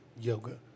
yoga